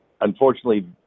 unfortunately